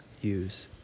use